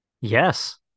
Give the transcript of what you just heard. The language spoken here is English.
Yes